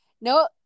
No